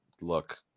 look